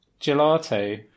gelato